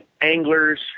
anglers